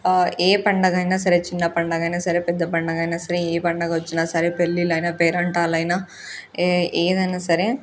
ఏ పండుగ అయినా సరే చిన్న పండుగ అయినా సరే పెద్ద పండుగ అయినా సరే ఏ పండుగ వచ్చినా సరే పెళ్ళిళ్ళు అయినా పేరంటాలు అయినా ఏ ఏదైనా సరే